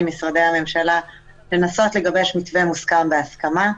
ממשרדי הממשלה לנסות ולגבש מתווה מוסכם בהסכמה ביניהם.